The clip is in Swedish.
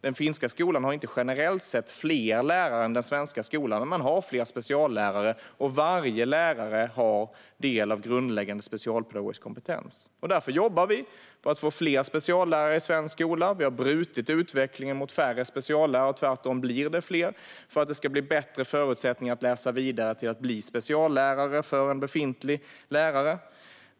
Den finska skolan har inte generellt sett fler lärare än den svenska, men man har fler speciallärare, och varje lärare har del av grundläggande specialpedagogisk kompetens. Därför jobbar vi på att få fler speciallärare i svensk skola. Vi har brutit utvecklingen mot färre speciallärare. Tvärtom blir de fler, och det ska bli bättre förutsättningar för befintliga lärare att läsa vidare och bli speciallärare.